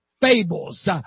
fables